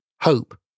hope